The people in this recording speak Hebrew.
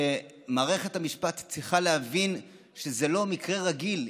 ומערכת המשפט צריכה להבין שזה לא מקרה רגיל.